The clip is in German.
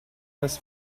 das